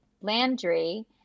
Landry